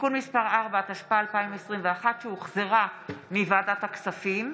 (תיקון מס' 4), התשפ"א 2021, שהחזירה ועדת הכספים,